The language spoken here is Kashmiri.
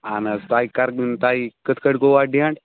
اَہَن حظ تۅہہِ کَر تۅہہِ کِتھٕ پٲٹھۍ گوٚو اتھ ڈینٛٹ